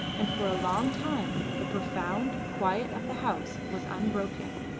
and for a long time the profound quiet of the house was unbroken,